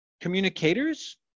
communicators